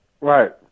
Right